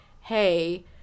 hey